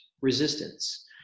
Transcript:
resistance